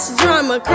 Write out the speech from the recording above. drama